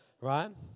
right